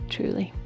Truly